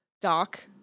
Doc